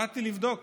החלטתי לבדוק